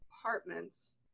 apartments